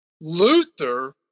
Luther